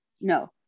no